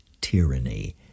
tyranny